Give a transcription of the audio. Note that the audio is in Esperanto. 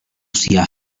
sia